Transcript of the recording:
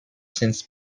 since